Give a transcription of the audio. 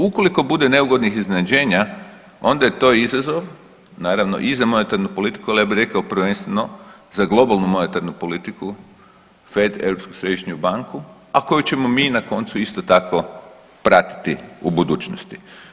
Ukoliko bude neugodnih iznenađenja onda je to izazov naravno i za monetarnu politiku, ali ja bi rekao prvenstveno za globalnu monetarnu politiku… [[Govornik se ne razumije]] Europsku središnju banku, a koju ćemo mi na koncu isto tako pratiti u budućnosti.